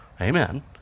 Amen